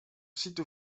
site